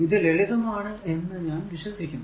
ഇത് ലളിതം ആണ് എന്ന് ഞാൻ വിശ്വസിക്കുന്നു